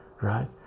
right